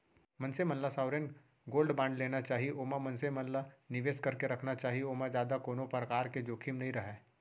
मनसे मन ल सॉवरेन गोल्ड बांड लेना चाही ओमा मनसे मन ल निवेस करके रखना चाही ओमा जादा कोनो परकार के जोखिम नइ रहय